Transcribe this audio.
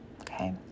Okay